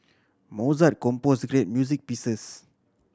Mozart compose great music pieces